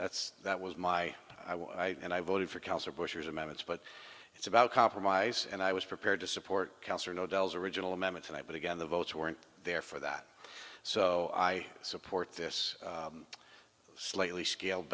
that's that was my i was i and i voted for counter bush's amendments but it's about compromise and i was prepared to support cancer no dels original amendment and i but again the votes weren't there for that so i support this slightly scaled